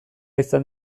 izan